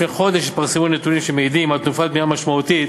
רק לפני חודש התפרסמו נתונים שמעידים על תנופת בנייה משמעותית